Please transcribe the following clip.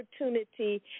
opportunity